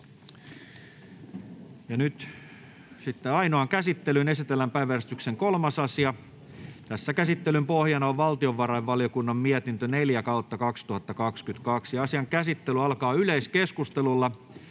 Ainoaan käsittelyyn esitellään päiväjärjestyksen 3. asia. Käsittelyn pohjana on valtiovarainvaliokunnan mietintö VaVM 4/2022 vp. Asian käsittely alkaa yleiskeskustelulla,